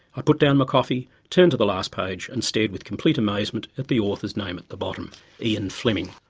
i put down my coffee, turned to the last page and stared with complete amazement at the author's name at the bottom ian fleming.